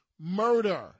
murder